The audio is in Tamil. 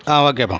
ஒகேபா